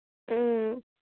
ꯎꯝ